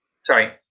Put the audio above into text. sorry